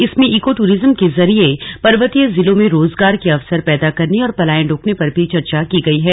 इसमें eco tourism के जरिये पर्वतीय जिलों में रोजगार के अवसर पैदा करने और पलायन रोकने पर भी चर्चा की गई है